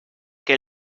que